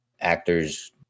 actors